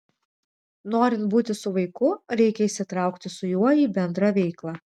norint būti su vaiku reikia įsitraukti su juo į bendrą veiklą